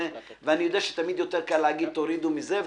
אני יודע שתמיד קל יותר להגיד: תורידו מזה ומזה.